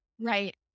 Right